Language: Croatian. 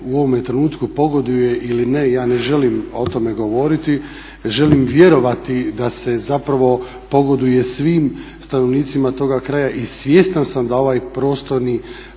u ovome trenutku pogoduje ili ne ja ne želim o tome govoriti. Želim vjerovati da se pogoduje svim stanovnicima toga kraja i svjestan sam da ovaj prostorni